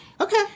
Okay